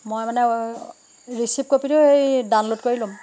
মই মানে ৰিচিপ্ট কপিটো সেই ডাউনল'ড কৰি ল'ম